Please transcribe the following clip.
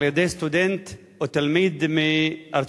על-ידי סטודנט או תלמיד מארצות-הברית: